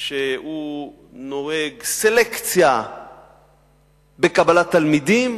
שנוהג סלקציה בקבלת תלמידים,